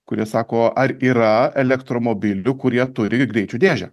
kur jie sako ar yra elektromobilių kurie turi greičių dėžę